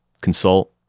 consult